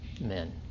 men